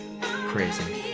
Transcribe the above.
Crazy